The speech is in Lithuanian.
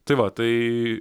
tai va tai